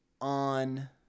on